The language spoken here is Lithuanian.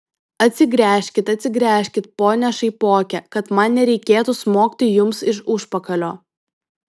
atsigręžkit atsigręžkit pone šaipoke kad man nereikėtų smogti jums iš užpakalio